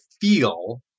feel